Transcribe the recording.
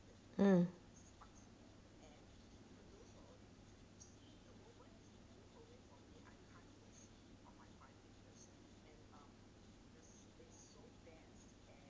mm